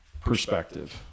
perspective